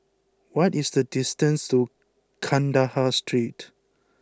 what is the distance to Kandahar Street